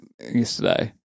yesterday